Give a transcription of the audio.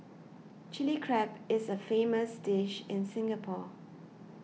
Chilli Crab is a famous dish in Singapore